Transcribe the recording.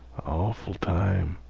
awful time.